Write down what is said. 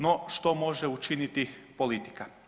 No što može učiniti politika?